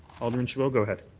alderman chabot, go ahead.